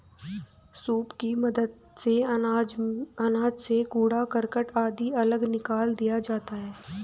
soup की मदद से अनाज से कूड़ा करकट आदि अलग निकाल दिया जाता है